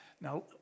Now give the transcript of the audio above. Now